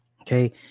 okay